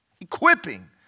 equipping